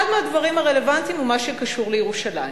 אחד הדברים הרלוונטיים הוא מה שקשור לירושלים.